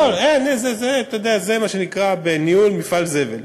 הכול, אתה יודע, זה מה שנקרא בניהול: מפעל זבל.